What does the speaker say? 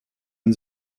man